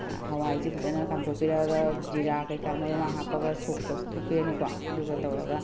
ꯍꯋꯥꯏꯁꯦ ꯐꯖꯅ ꯀꯥꯝꯊꯣꯛꯄꯤꯔꯒ ꯖꯤꯔꯥ ꯀꯩꯀꯥ ꯃꯔꯣꯏ ꯃꯔꯥꯡ ꯍꯥꯞꯄꯒ ꯁꯣꯛ ꯇꯧꯊꯣꯛꯄꯤꯔꯅꯤꯀꯣ ꯑꯗꯨꯒ ꯇꯧꯔꯒ